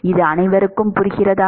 இது அனைவருக்கும் புரிகிறதா